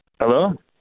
Hello